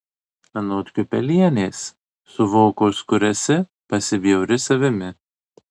anot kiupelienės suvokus kur esi pasibjauri savimi